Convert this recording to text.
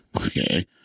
Okay